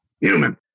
Human